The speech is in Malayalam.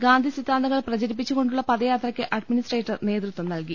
ഗാന്ധി സിദ്ധാന്തങ്ങൾ പ്രചരിപ്പിച്ചു കൊണ്ടുള്ള പഥയാത്രയ്ക്ക് അഡ്മിനിസ്ട്രേറ്റർ നേതൃത്വം നൽകി